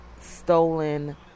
stolen